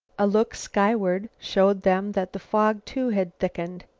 a look skyward showed them that the fog too had thickened.